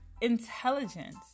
intelligence